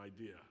idea